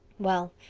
well,